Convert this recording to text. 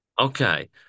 okay